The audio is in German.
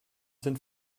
sind